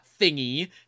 thingy